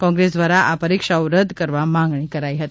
કોન્ગ્રેસ દ્વારા આ પરીક્ષાઓ રદ કરવા માંગણી કરાઈ હતી